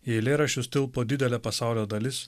į eilėraščius tilpo didelė pasaulio dalis